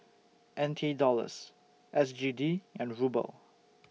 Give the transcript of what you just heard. N T Dollars S G D and Ruble